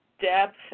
depth